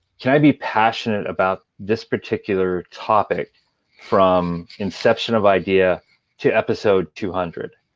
can i be passionate about this particular topic from inception of idea to episode two hundred?